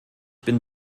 bin